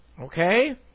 Okay